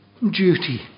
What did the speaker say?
duty